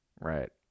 Right